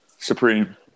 supreme